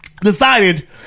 decided